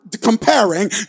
comparing